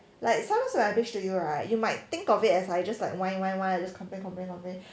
like sometimes when I bitch to you right you might think of it as I just like whine whine whine I just complain complain complain